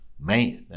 man